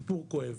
סיפור כואב,